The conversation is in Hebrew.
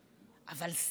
אבל שר החינוך